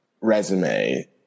resume